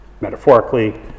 metaphorically